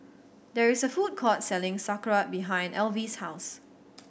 there is a food court selling Sauerkraut behind Alvie's house